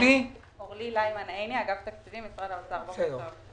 בוקר טוב.